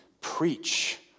preach